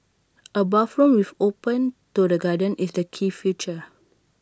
A bathroom which opens to the garden is the key feature